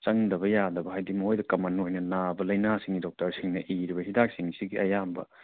ꯆꯪꯗꯕ ꯌꯥꯗꯕ ꯍꯥꯏꯗꯤ ꯃꯣꯏꯗ ꯀꯝꯃꯟ ꯑꯣꯏꯅ ꯅꯥꯕ ꯂꯥꯏꯅꯥꯁꯤꯡꯒꯤ ꯗꯣꯛꯇꯔꯁꯤꯡꯅ ꯏꯔꯤꯕ ꯍꯤꯗꯥꯛꯁꯤꯡꯒꯤ ꯑꯌꯥꯝꯕ